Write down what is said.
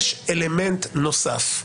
יש אלמנט נוסף,